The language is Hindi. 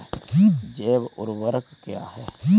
जैव ऊर्वक क्या है?